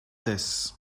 this